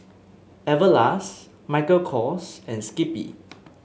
Everlast Michael Kors and Skippy